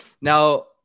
Now